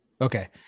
Okay